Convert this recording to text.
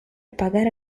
pagare